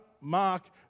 mark